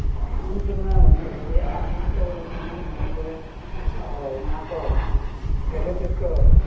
अन्तमा भन्दाखेरि आसामको रहनसहन भनेको वहाँको धेरै त्यसको